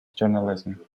journalism